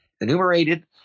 enumerated